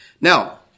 Now